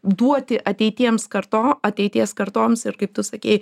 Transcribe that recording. duoti ateitiems karto ateities kartoms ir kaip tu sakei